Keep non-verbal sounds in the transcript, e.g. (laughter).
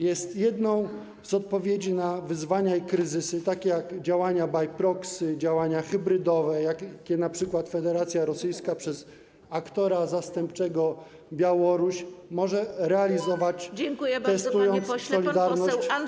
Jest jedną z odpowiedzi na wyzwania i kryzysy, takie jak działania by proxy, działania hybrydowe, jakie np. Federacja Rosyjska przez aktora zastępczego Białoruś może realizować, (noise) testując solidarność państw Zachodu.